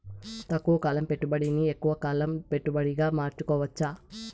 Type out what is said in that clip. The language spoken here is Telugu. తక్కువ కాలం పెట్టుబడిని ఎక్కువగా కాలం పెట్టుబడిగా మార్చుకోవచ్చా?